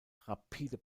rapide